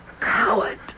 Coward